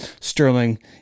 Sterling